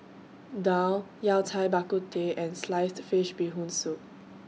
Daal Yao Cai Bak Kut Teh and Sliced Fish Bee Hoon Soup